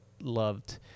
loved